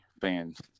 fans